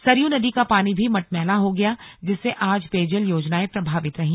सरयू नदी का पानी भी मटमैला हो गया जिससे आज पेयजल योजनाएं प्रभावित रहीं